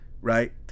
right